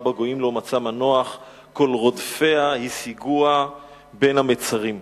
בגוים לא מצאה מנוח כל רדפיה השיגוה בין המצרים".